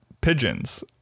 pigeons